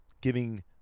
giving